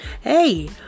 Hey